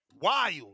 wild